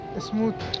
smooth